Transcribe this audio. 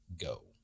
go